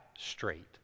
straight